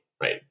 right